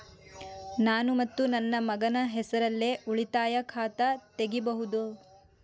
ನಾನು ಮತ್ತು ನನ್ನ ಮಗನ ಹೆಸರಲ್ಲೇ ಉಳಿತಾಯ ಖಾತ ತೆಗಿಬಹುದ?